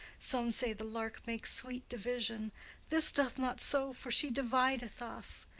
some say the lark makes sweet division this doth not so, for she divideth us.